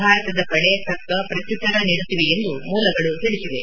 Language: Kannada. ಭಾರತದ ಪಡೆ ತಕ್ಕ ಪ್ರತ್ನುತ್ತರ ನೀಡುತ್ತಿವೆ ಎಂದು ಮೂಲಗಳು ತಿಳಿಸಿವೆ